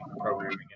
programming